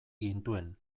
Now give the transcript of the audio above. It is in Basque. gintuen